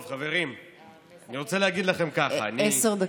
טוב, חברים, אני רוצה להגיד לכם ככה, עשר דקות.